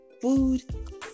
food